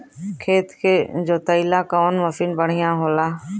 खेत के जोतईला कवन मसीन बढ़ियां होला?